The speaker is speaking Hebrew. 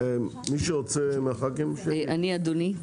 אדוני,